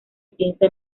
piensa